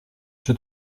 czy